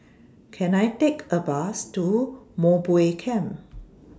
Can I Take A Bus to Mowbray Camp